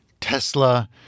tesla